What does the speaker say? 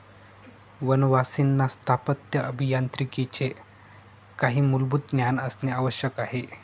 वनवासींना स्थापत्य अभियांत्रिकीचे काही मूलभूत ज्ञान असणे आवश्यक आहे